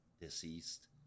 deceased